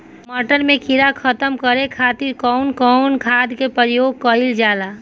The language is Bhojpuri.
मटर में कीड़ा खत्म करे खातीर कउन कउन खाद के प्रयोग कईल जाला?